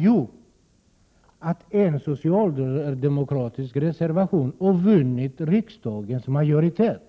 Jo, att en socialdemokratisk reservation har vunnit riksdagens majoritet!